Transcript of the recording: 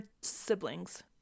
siblings